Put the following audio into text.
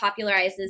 popularizes